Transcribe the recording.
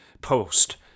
post